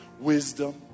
Wisdom